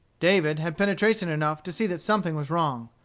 david had penetration enough to see that something was wrong.